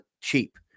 cheap